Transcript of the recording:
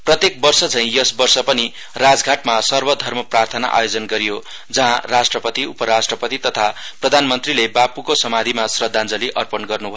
प्रत्येक वर्ष झै यस वर्ष पनि राजघाटमा सर्वधर्म प्राथर्ना आयोजन गरियो जहाँ राष्ट्रपति उपराष्ट्रपति तथा प्रधानमन्त्रीले बापूके समाधीमा श्रद्धाञ्जली अपर्ण गर्न्भयो